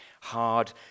hard